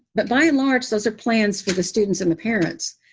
but by and large, those are plans for the students and the parents.